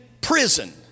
prison